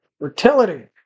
Fertility